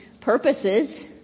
purposes